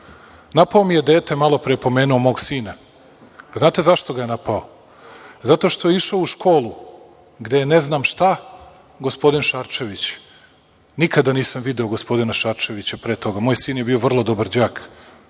Napao mi je dete, malopre je pomenuo mog sina. Znate li zašto ga je napao? Zato što je išao u školu gde je ne znam šta gospodin Šarčević. Nikada nisam video gospodina Šarčevića pre toga. Moj sin je bio vrlodobar đak,